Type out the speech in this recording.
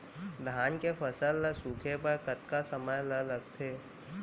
धान के फसल ल सूखे बर कतका समय ल लगथे?